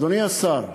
אדוני השר,